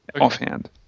offhand